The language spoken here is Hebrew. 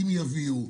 ואם יביאו,